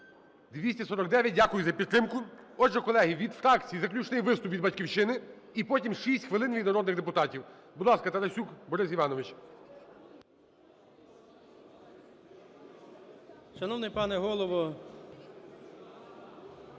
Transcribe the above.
За-249 Дякую за підтримку. Отже, колеги, від фракцій заключний виступ від "Батьківщини" і потім 6 хвилин від народних депутатів. Будь ласка, Тарасюк Борис Іванович. 14:08:56 ТАРАСЮК